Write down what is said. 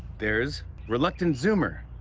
there's reluctant zoomer.